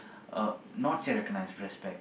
uh not say not recognise respect